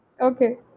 okay